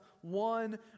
one